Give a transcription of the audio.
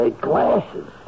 glasses